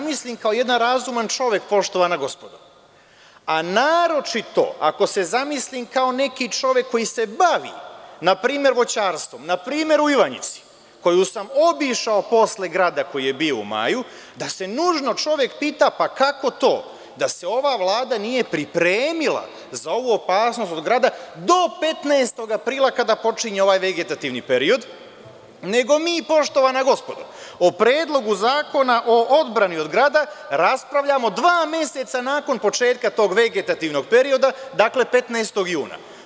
Mislim, kao jedan razuman čovek, poštovana gospodo, a naročito ako se zamislim kao neki čovek koji se bavi na primer voćarstvom, na primer u Ivanjici koju sam obišao posle grada koji je bio u maju, da se nužno čovek pita, pa kako to da se ova Vlada nije pripremila za ovu opasnost od grada do 15. aprila kada počinje ovaj vegetativni period nego mi, poštovana gospodo, o Predlogu zakona o odbrani od grada raspravljamo dva meseca nakon početka tog vegetativnog perioda, dakle, 15. juna.